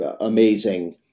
amazing